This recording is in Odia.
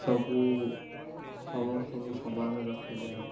ସବୁ ସମସ୍ତଙ୍କୁ ସମାନରେ ରଖାଯାଏ